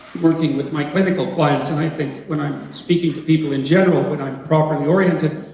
working with my clinical clients and i think when i'm speaking to people in general when i'm properly oriented